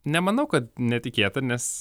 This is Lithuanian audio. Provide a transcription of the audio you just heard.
nemanau kad netikėta nes